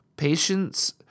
Patience